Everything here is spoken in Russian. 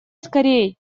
скорей